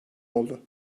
oldu